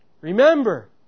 Remember